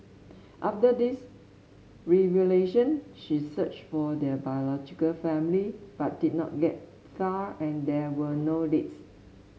after theserevelation she searched for her biological family but did not get far and there were no leads